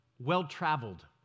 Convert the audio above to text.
well-traveled